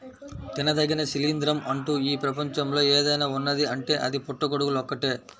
తినదగిన శిలీంద్రం అంటూ ఈ ప్రపంచంలో ఏదైనా ఉన్నదీ అంటే అది పుట్టగొడుగులు ఒక్కటే